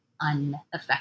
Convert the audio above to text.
unaffected